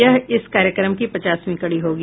यह इस कार्यक्रम की पचासवीं कड़ी होगी